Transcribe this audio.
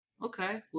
Okay